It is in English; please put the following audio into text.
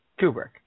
Kubrick